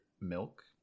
milk